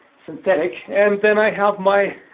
synthetic and then i have my